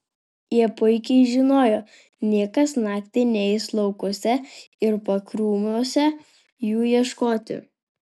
jie puikiai žinojo niekas naktį neis laukuose ir pakrūmiuose jų ieškoti